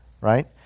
right